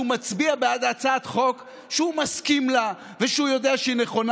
שהוא מצביע נגד הצעת חוק שהוא מסכים לה ושהוא יודע שהיא נכונה.